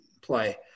play